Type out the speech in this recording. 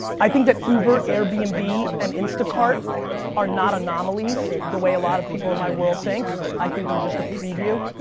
i think that uber, airbnb, and and instacart are not anomalies the way a lot of people in my world think. i think they're just a preview.